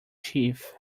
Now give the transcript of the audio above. chief